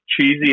cheesy